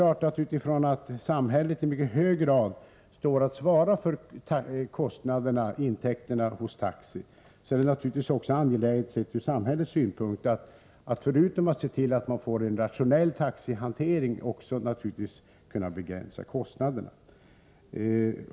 Eftersom samhället i mycket hög grad svarar för kostnaderna hos taxi, är det från samhällets synpunkt naturligtvis angeläget att man, förutom att man ser till att vi får en rationell taxihantering, kan begränsa kostnaderna.